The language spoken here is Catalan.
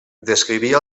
descrivia